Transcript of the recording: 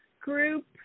group